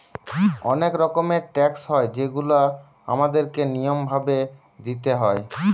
অনেক রকমের ট্যাক্স হয় যেগুলা আমাদের কে নিয়ম ভাবে দিইতে হয়